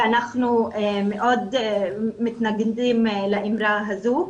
אנחנו מאוד מתנגדים לאמרה הזו.